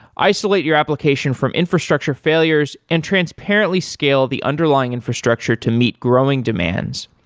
isolate your application from infrastructure failures and transparently scale the underlying infrastructure to meet growing demand,